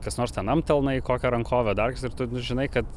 kas nors ten amtelna į kokią rankovę dar kas ir tu žinai kad